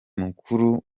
mukuru